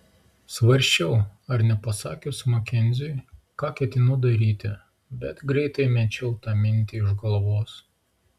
svarsčiau ar nepasakius makenziui ką ketinu daryti bet greitai mečiau tą mintį iš galvos